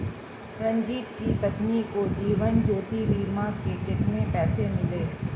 रंजित की पत्नी को जीवन ज्योति बीमा के कितने पैसे मिले?